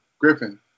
Griffin